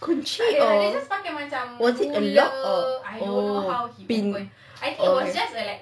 kunci or was it a lock or oh pin okay